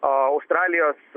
a australijos